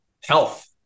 health